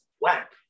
whack